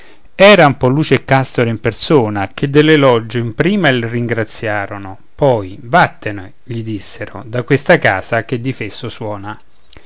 bello eran polluce e castore in persona che dell'elogio in prima il ringraziarono poi vattene gli dissero da questa casa che di fesso suona